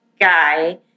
guy